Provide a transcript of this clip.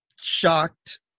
shocked